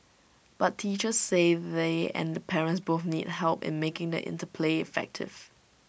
but teachers say they and the parents both need help in making the interplay effective